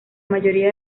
mayoría